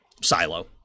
Silo